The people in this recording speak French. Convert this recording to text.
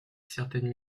certaines